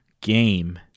game